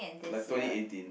like twenty eighteen